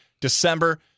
December